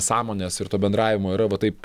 sąmonės ir to bendravimo yra va taip